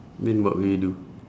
then what would you do